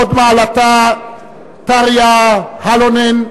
הוד מעלתה טאריה האלונן,